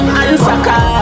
answer